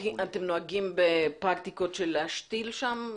אתם נוהגים בפרקטיקות של להשתיל שם?